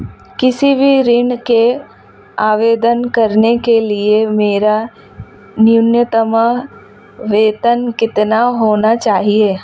किसी भी ऋण के आवेदन करने के लिए मेरा न्यूनतम वेतन कितना होना चाहिए?